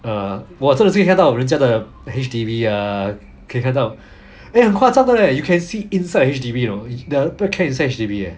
uh !wah! 真的是可以看到人家的 H_D_B ah 可以看到 eh 很夸张的 leh you can see inside the H_D_B you know the webcam is inside H_D_B eh